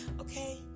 okay